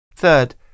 Third